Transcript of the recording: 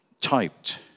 typed